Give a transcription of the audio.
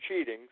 cheating